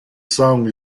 song